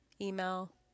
email